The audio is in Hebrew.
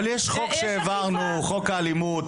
אבל יש חוק האלימות שהעברנו.